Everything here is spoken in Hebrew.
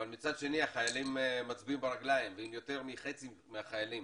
אבל מצד שני החיילים מצביעים ברגליים ואם יותר מחצי מהחיילים